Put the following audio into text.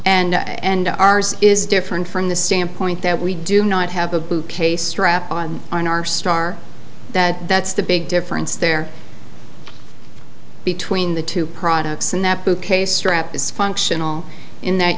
configuration and ours is different from the standpoint that we do not have a bouquet strap on on our star that that's the big difference there between the two products and that bouquet strap is functional in that